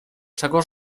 czego